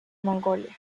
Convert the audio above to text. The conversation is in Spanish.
mongolia